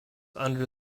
under